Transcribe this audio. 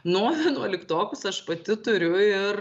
nu vienuoliktokus aš pati turiu ir